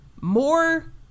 more